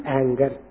anger